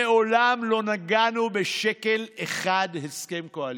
מעולם לא נגענו בשקל אחד של הסכם קואליציוני.